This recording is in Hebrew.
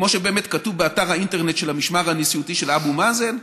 כמו שבאמת כתוב באתר האינטרנט של המשמר הנשיאותי של אבו מאזן,